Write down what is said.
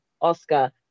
oscar